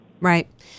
Right